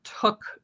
took